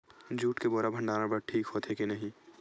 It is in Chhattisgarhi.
जूट के बोरा भंडारण बर ठीक होथे के नहीं?